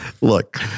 Look